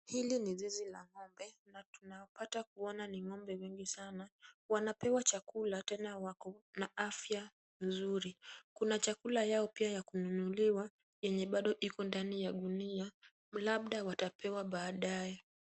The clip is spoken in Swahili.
Hili ni zizi la ng'ombe na tunapata kuona ni ng'ombe wengi sana. Wanapewa chakula tena wako na afya nzuri. Kuna chakula yao pia ya kununuliwa yenye bado iko ndani ya gunia labda watapewa badae.